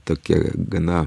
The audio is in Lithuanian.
tokie gana